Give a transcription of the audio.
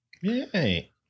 Yay